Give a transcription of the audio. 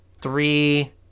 three